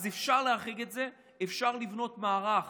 אז אפשר להחריג את זה, אפשר לבנות מערך